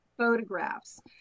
Photographs